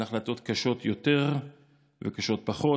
על החלטות קשות יותר וקשות פחות.